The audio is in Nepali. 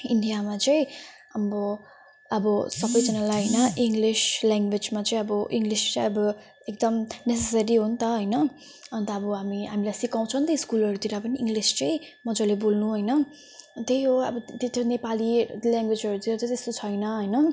इन्डियामा चाहिँ अब अब सबै जनालाई हैन इङ्लिस ल्याङग्वेजमा चाहिँ अब इङ्लिस अब एकदम नेसेसरी होनि त हैन अनि त अब हामी हामीलाई सिकाउँछ नि त स्कुलहरूतिर पनि इङ्लिस चाहिँ मजाले बोल्नु होइन त्यही हो अब ते त्यो नेपाली ल्याङ्ग्वेजहरू चाहिँ त्यस्तो छैन हैन